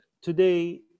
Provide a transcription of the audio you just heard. Today